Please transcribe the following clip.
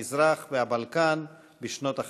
המזרח והבלקן בשנות ה-50,